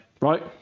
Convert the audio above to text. Right